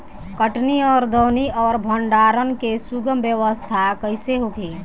कटनी और दौनी और भंडारण के सुगम व्यवस्था कईसे होखे?